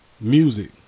music